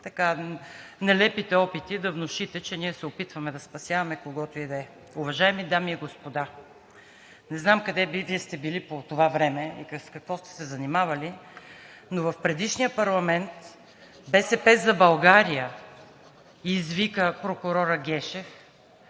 и нелепите опити да внушите, че ние се опитваме да спасяваме когото и да е. Уважаеми дами и господа, не знам къде сте били Вие по това време и с какво сте се занимавали, но в предишния парламент „БСП за България“ извика прокурора Гешев